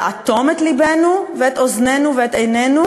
לאטום את לבנו ואת אוזנינו ואת עינינו,